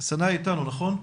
סנא איתנו, נכון?